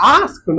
ask